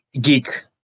Geek